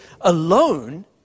alone